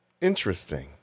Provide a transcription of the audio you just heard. interesting